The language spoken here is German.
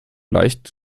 leicht